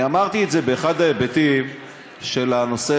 אני אמרתי את זה באחד ההיבטים של הנושא